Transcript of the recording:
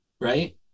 right